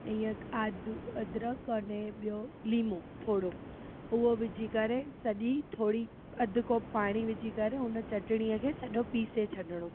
ईअं आदू अदरक अने ॿियो लीमो थोरो उहो विझी करे सॼी थोरी अधु कोपु पाणी विझी करे उन चटणीअ खे सॼो पीसे छॾिणो